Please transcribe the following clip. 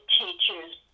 teacher's